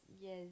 yes